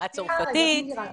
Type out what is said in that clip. ובשפה הצרפתית.